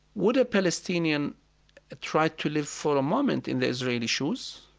would a palestinian try to live for a moment in the israeli's shoes,